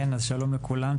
שלום לכולם,